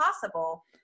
possible